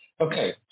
okay